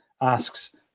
Asks